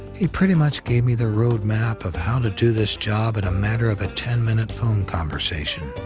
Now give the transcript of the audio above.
he pretty much gave me the road map of how to do this job in a matter of a ten-minute phone conversation,